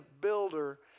builder